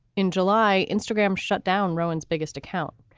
in july, instagram shut down rohan's biggest account,